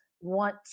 want